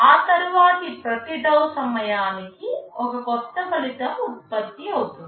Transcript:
ఆ తరువాత ప్రతి టౌ సమయానికి ఒక కొత్త ఫలితం ఉత్పత్తి అవుతుంది